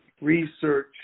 research